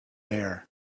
bear